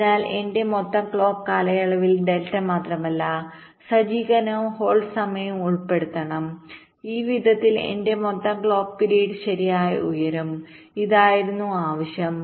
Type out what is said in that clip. അതിനാൽ എന്റെ മൊത്തം ക്ലോക്ക് കാലയളവിൽ ഡെൽറ്റ മാത്രമല്ല സജ്ജീകരണവും ഹോൾഡ് സമയവും ഉൾപ്പെടുത്തണം ഈ വിധത്തിൽ എന്റെ മൊത്തം ക്ലോക്ക് പിരീഡ് ശരിയായി ഉയരും ഇതായിരുന്നു ആവശ്യം